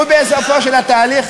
ובעזרת התהליך,